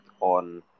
on